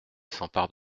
s’empare